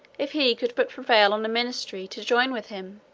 if he could but prevail on a ministry to join with him